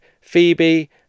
Phoebe